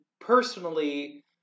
personally